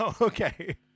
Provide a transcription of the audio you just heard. Okay